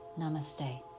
Namaste